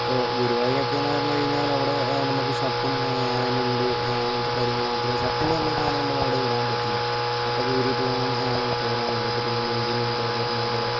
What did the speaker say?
ഇപ്പോൾ ഗുരുവായൂരക്കേന്ന് പറഞ്ഞ് കഴിഞ്ഞാലവിടെ നമുക്ക് ഷർട്ടും മുണ്ട് അങ്ങനത്തെ കാര്യങ്ങള് മാത്രേ ഷർട്ടെന്ന് പറഞ്ഞ സാധനം നമ്മള് അവിടെ ഇടാൻ പറ്റില്ല ഷർട്ടൊക്കെ ഊരിയിട്ട് വേണം കയറാൻ വേണ്ടിയിട്ട് വേണ്ടിയിട്ട് പിന്നെ ലുങ്കി മുണ്ടോ ബർമൂഡയോ